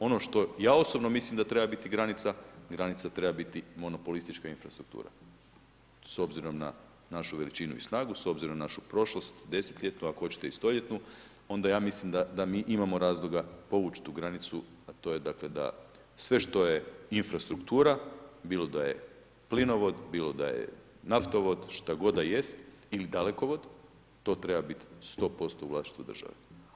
Ono što ja osobno mislim da treba biti granica, granica treba biti monopolistička infrastruktura s obzirom na našu veličinu i snagu, s obzirom na našu prošlost desetljetnu ako hoćete i stoljetnu, onda ja mislim da mi imamo razloga povući tu granicu, a to je dakle da sve što je infrastruktura bilo da je plinovod, bilo da je naftovod, šta god da jest ili dalekovod to treba biti sto posto u vlasništvu države.